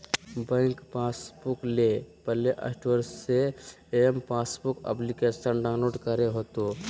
bank passbook ले play store से M passbook application download करे होतो